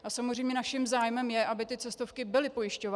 A samozřejmě naším zájmem je, aby cestovky byly pojišťovány.